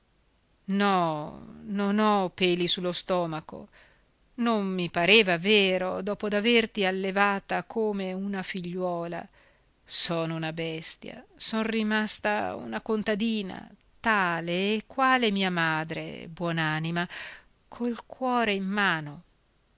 no non ho peli sullo stomaco non mi pareva vero dopo d'averti allevata come una figliuola sono una bestia son rimasta una contadina tale e quale mia madre buon'anima col cuore in mano